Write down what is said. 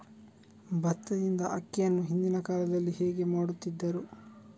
ಭತ್ತದಿಂದ ಅಕ್ಕಿಯನ್ನು ಹಿಂದಿನ ಕಾಲದಲ್ಲಿ ಹೇಗೆ ಮಾಡುತಿದ್ದರು?